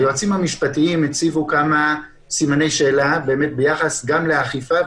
היועצים המשפטיים הציבו כמה סימני שאלה גם ביחס לאכיפה,